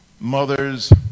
mothers